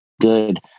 good